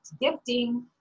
Gifting